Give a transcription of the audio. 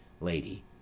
Lady